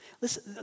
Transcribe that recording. Listen